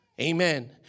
Amen